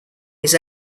his